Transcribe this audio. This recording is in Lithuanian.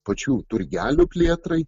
pačių turgelių plėtrai